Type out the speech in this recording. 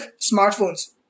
smartphones